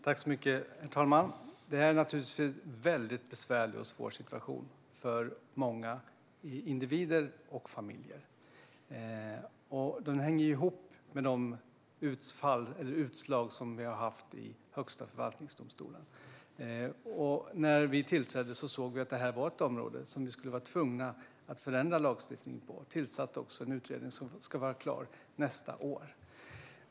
Herr talman! Detta är naturligtvis en väldigt besvärlig och svår situation för många individer och familjer. Den hänger ihop med de utslag som vi har fått från Högsta förvaltningsdomstolen. När vi tillträdde såg vi att detta var ett område där vi skulle vara tvungna att förändra lagstiftningen. Vi tillsatte också en utredning som ska vara klar nästa år.